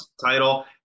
title